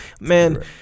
man